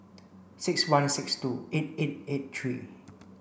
six one six two eight eight eight three